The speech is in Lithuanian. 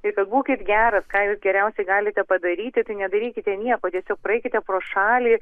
tai kad būkit geras ką jūs geriausiai galite padaryti tai nedarykite nieko tiesiog praeikite pro šalį